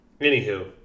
Anywho